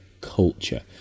culture